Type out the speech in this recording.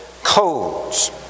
codes